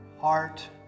heart